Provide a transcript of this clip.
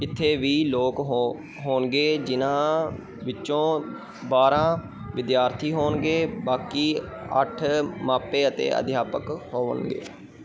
ਇੱਥੇ ਵੀਹ ਲੋਕ ਹੋ ਹੋਣਗੇ ਜਿਨ੍ਹਾਂ ਵਿੱਚੋਂ ਬਾਰਾਂ ਵਿਦਿਆਰਥੀ ਹੋਣਗੇ ਬਾਕੀ ਅੱਠ ਮਾਪੇ ਅਤੇ ਅਧਿਆਪਕ ਹੋਣਗੇ